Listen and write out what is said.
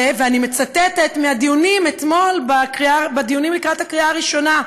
ואני מצטטת מהדיונים אתמול לקראת הקריאה הראשונה: